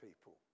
people